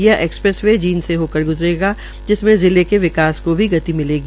यह expressway Jind से होकर ग्जरेगा जिसमें जिले के विकास को भी गति मिलेगी